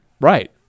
Right